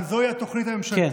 אבל זו התוכנית הממשלתית,